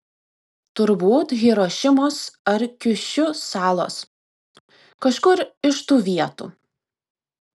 turbūt hirošimos ar kiušiu salos kažkur iš tų vietų